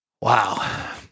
Wow